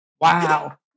Wow